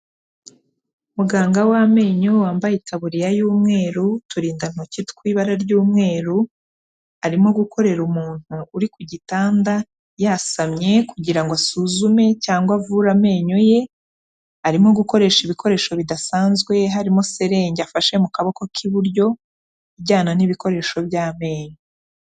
Muganga w'amenyo wambaye itaburiya y'umweru, uturindantoki tw'ibara ry'umweru, arimo gukorera umuntu uri ku gitanda yasamye, kugira ngo asuzume cyangwa avure amenyo ye, arimo gukoresha ibikoresho bidasanzwe harimo serenge afashe mu kaboko k'iburyo, ijyana n'ibikoresho by'amenyo.